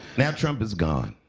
now trump is gone.